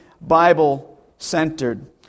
Bible-centered